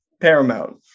Paramount